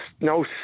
no